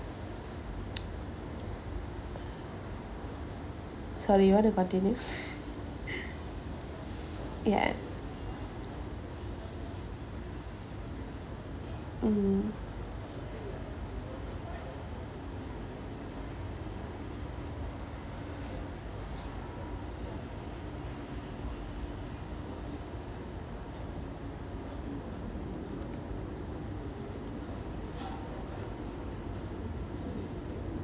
sorry you want to continue ya mm